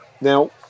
Now